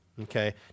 Okay